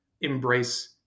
embrace